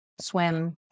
Swim